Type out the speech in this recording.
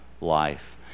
life